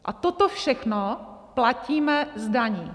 A toto všechno platíme z daní.